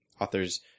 author's